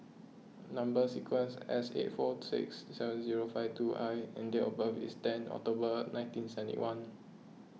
Number Sequence is S eight four six seven zero five two I and date of birth is ten October nineteen seventy one